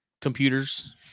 computers